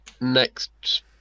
next